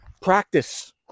practice